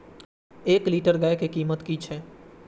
एक लीटर गाय के कीमत कि छै?